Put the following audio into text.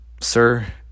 sir